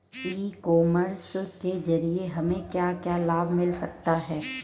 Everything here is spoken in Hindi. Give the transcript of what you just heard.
ई कॉमर्स के ज़रिए हमें क्या क्या लाभ मिल सकता है?